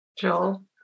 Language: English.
Joel